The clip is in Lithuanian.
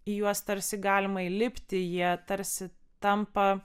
į juos tarsi galima įlipti jie tarsi tampa